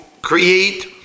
create